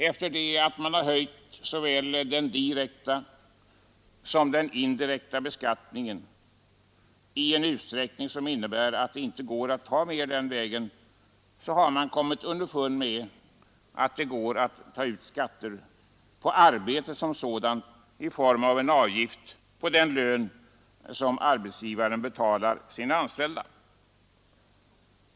Efter det att man höjt såväl den direkta som den indirekta beskattningen i en utsträckning som innebär att det inte går att ta mer den vägen, har man kommit underfund med att man kan ta ut skatter på arbetet som sådant i form av en avgift på den lön som arbetsgivaren betalar sina anställda.